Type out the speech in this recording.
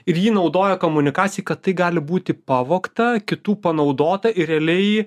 ir jį naudoja komunikacijai kad tai gali būti pavogta kitų panaudota ir realiai